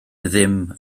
ddim